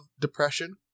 depression